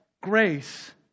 grace